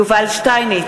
נגד יובל שטייניץ,